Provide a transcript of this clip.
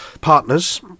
partners